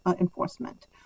enforcement